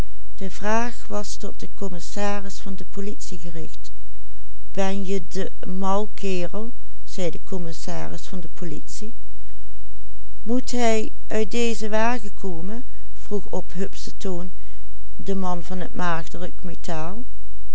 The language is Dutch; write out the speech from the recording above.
de commissaris van politie moet hij uit dezen wagen komen vroeg op hupschen toon de man van het maagdelijk metaal